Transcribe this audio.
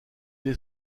est